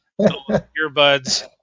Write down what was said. earbuds